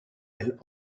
elle